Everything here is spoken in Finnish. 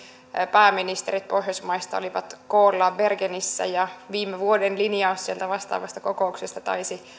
pääministerit pohjoismaista olivat koolla bergenissä ja viime vuoden linjaus sieltä vastaavasta kokouksesta taisi